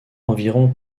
environ